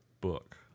book